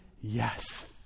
yes